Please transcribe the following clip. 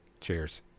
Cheers